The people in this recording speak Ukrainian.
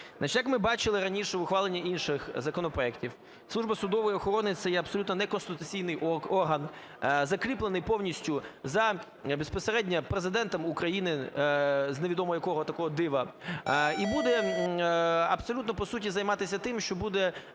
Значить, як ми бачили з раніше ухвалених інших законопроектів, Служба судової охорони – це є абсолютно неконституційний орган, закріплений повністю за безпосередньо Президентом України, з невідомо якого такого дива, і буде абсолютно по суті займатися тим, що буде